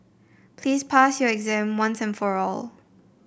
please pass your exam once and for all